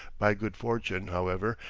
by good fortune, however,